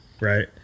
right